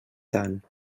tant